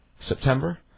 September